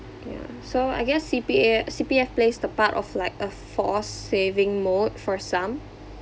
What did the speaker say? yeah so I guess C_P_A C_P_F plays the part of like a forced saving mode for some